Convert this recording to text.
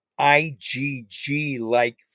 igg-like